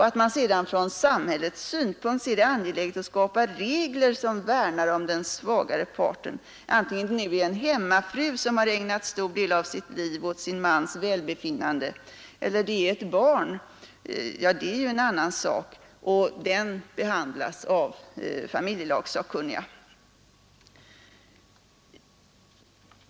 Att man sedan från samhällets synpunkt ser det som angeläget att skapa regler, som värnar om den svagare parten — antingen det gäller en hemmafru som ägnat en stor del av sitt liv åt sin mans välbefinnande eller det gäller ett barn är en annan sak, som behandlas av familjelagssakkunniga.